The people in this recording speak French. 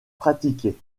pratiqués